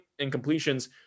incompletions